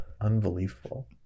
unbelievable